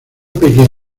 pequeña